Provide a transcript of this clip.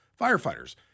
firefighters